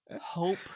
hope